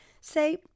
say